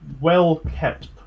well-kept